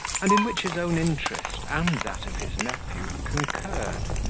and in which his own interest, and that of his nephew, concurred.